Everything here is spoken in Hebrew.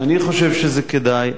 אני חושב שזה כדאי.